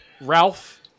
Ralph